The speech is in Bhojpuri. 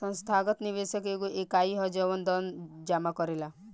संस्थागत निवेशक एगो इकाई ह जवन धन जामा करेला